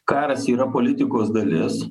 karas yra politikos dalis